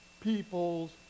peoples